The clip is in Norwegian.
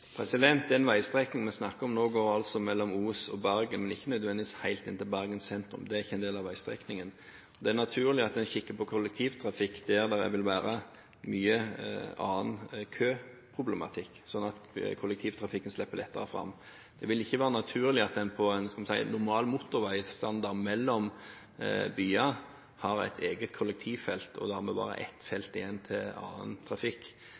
Den veistrekningen vi snakker om nå, går mellom Os og Bergen, men ikke nødvendigvis helt inn til Bergen sentrum. Det er ikke en del av veistrekningen. Det er naturlig at en ser på kollektivtrafikk der det vil være mye annen køproblematikk, slik at kollektivtrafikken slipper lettere fram. Det vil ikke være naturlig at det på en vei med normal motorveistandard mellom byer er et eget kollektivfelt og dermed bare ett felt igjen til annen trafikk.